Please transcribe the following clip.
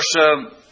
verse